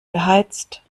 beheizt